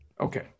Okay